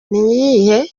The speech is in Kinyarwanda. n’iyihe